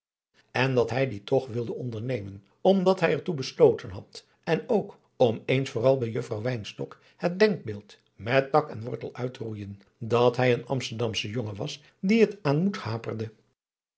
en dat hij die toch wilde ondernemen omdat hij er toe besloten had en ook om eens vooral bij juffrouw wynstok het denkbeeld met tak en wortel uit te roeijen dat hij een amsterdamsche jongen was dien het aan moed haperde